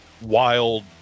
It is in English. wild